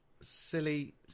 silly